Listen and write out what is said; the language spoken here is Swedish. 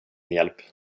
hjälp